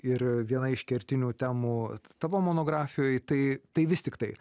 ir viena iš kertinių temų tavo monografijoj tai tai vis tiktai